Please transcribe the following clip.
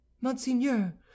Monseigneur